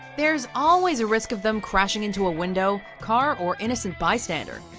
there's always a risk of them crashing into a window, car or innocent bystander.